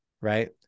right